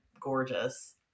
gorgeous